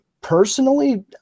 personally